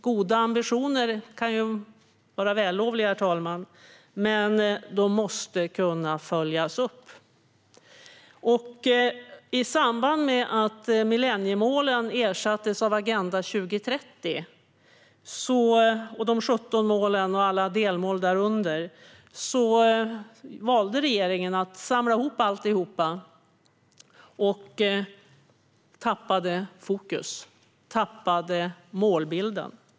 Goda ambitioner kan vara vällovliga, men de måste kunna följas upp. I samband med att millenniemålen ersattes av Agenda 2030, de 17 målen och alla delmål därunder valde regeringen att samla ihop allt och tappade fokus. Man tappade målbilden.